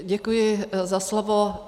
Děkuji za slovo.